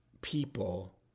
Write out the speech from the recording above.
people